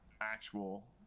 actual